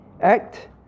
act